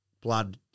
blood